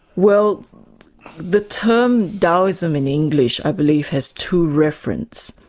well the term daoism in english i believe has two references,